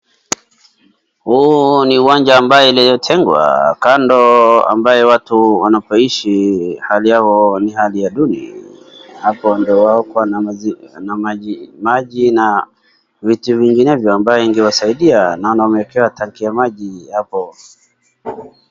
Huu ni uwanja ambaye iliyotengwa kando ambaye watu wanapoishi hali yao ni hali ya duni, hapo ndio wao kua na maji na vitu zinginezo ambazo zinawasaidia, naona wamewekewa tank ya maji hapo.